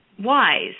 wise